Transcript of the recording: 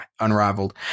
Unrivaled